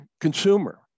consumer